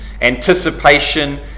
anticipation